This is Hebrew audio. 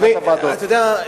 אתה יודע,